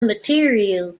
material